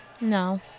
No